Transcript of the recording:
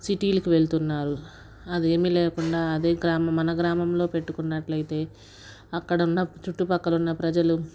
సిటీలకు వెళ్ళుతున్నారు అదేమి లేకుండా అదే గ్రామం మన గ్రామంలో పెట్టుకున్నట్లైతే అక్కడ ఉన్న చుట్టుప్రక్కల ఉన్న ప్రజలు